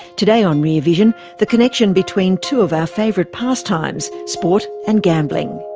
today on rear vision the connection between two of our favourite pastimes sport and gambling.